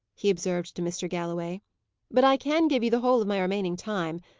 he observed to mr. galloway but i can give you the whole of my remaining time.